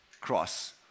cross